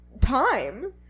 time